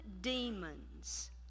demons